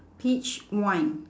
peach wine